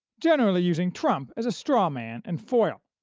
generally using trump as a straw man and foil.